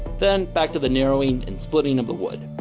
then back to the narrowing and splitting of the wood